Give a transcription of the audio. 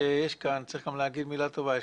צריך גם להגיד מילה טובה.